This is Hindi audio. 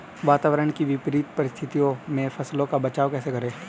वातावरण की विपरीत परिस्थितियों में फसलों का बचाव कैसे करें?